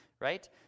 right